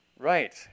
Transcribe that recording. Right